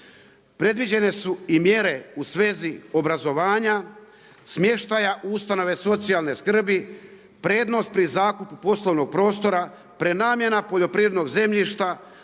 Predviđene su i mjere u svezi obrazovanja, smještaja u ustanove socijalne skrbi, prednost pri zakupu poslovnog prostora, prenamjena poljoprivrednog zemljišta,